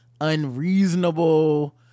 unreasonable